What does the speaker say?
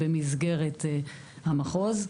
במסגרת המחוז.